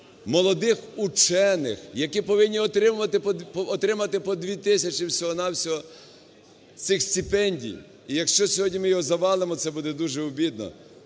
молодих учених, які повинні отримати по 2 тисячі всього-на-всього цих стипендій. І якщо сьогодні ми його завалимо, це буде дуже обідно.